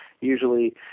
usually